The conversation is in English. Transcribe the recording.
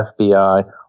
FBI